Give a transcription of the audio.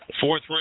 Fourth